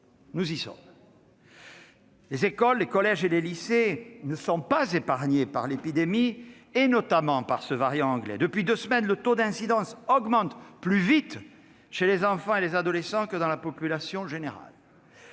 Nous y sommes ! Les écoles, les collèges et les lycées ne sont pas épargnés par l'épidémie, et notamment par ce variant anglais. Depuis deux semaines, le taux d'incidence augmente plus vite chez les enfants et les adolescents que dans la population générale,